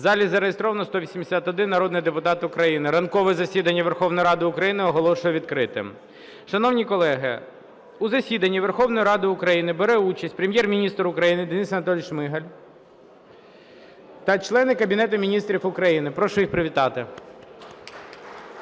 У залі зареєстровано 181 народний депутат України. Ранкове засідання Верховної Ради України оголошую відкритим. Шановні колеги, у засіданні Верховної Ради України бере участь Прем'єр-міністр України Денис Анатолійович Шмигаль та члени Кабінету Міністрів України. Прошу їх привітати.